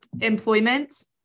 employment